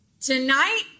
tonight